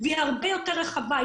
והיא הרבה יותר רחבה,